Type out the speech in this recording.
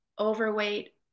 overweight